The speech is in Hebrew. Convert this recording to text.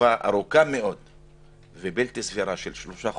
תקופה ארוכה מאוד ובלתי סבירה של שלושה חודשים,